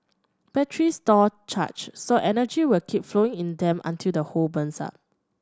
batteries store charge so energy will keep flowing in them until the whole burns up